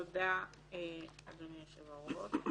תודה, אדוני יושב-הראש.